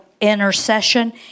intercession